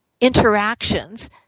interactions